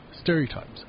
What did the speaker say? stereotypes